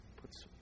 puts